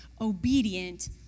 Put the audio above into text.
obedient